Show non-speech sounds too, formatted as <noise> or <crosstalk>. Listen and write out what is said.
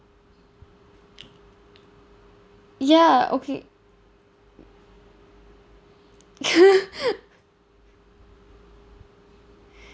ya okay <laughs> <breath>